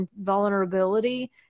vulnerability